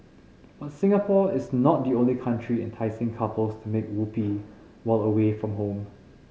but Singapore is not the only country enticing couples to make whoopee while away from home